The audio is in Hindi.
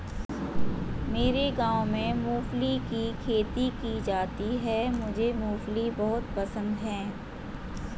मेरे गांव में मूंगफली की खेती की जाती है मुझे मूंगफली बहुत पसंद है